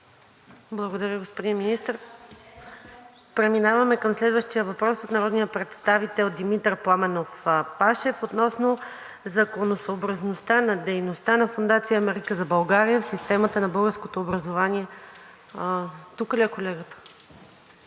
Благодаря, господин Министър. Преминаваме към следващия въпрос от народния представител Димитър Пламенов Пашев относно законосъобразността на дейността на Фондация „Америка за България“ в системата на българското образование. Заповядайте.